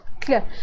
clear